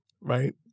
right